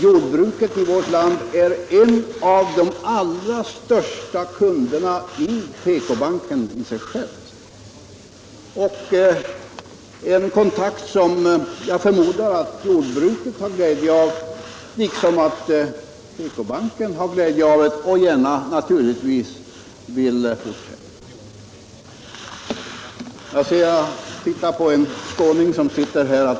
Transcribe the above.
Jordbruket är också en av de allra största kunderna i PK-banken. Den kontakten förmodar jag att jordbruket har glädje av liksom PK-banken har glädje av den.